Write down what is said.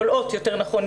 בולעות יותר נכון,